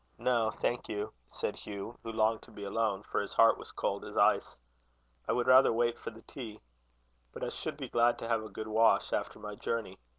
no, thank you, said hugh, who longed to be alone, for his heart was cold as ice i would rather wait for the tea but i should be glad to have a good wash, after my journey.